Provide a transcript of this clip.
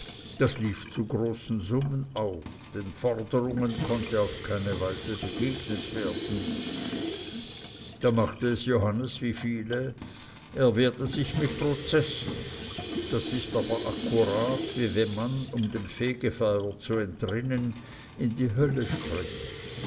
das lief zu großen summen auf den forderungen konnte auf keine weise begegnet werden da machte es johannes wie viele er wehrte sich mit prozessen das ist aber akkurat wie wenn man um dem fegfeuer zu entrinnen in die hölle springt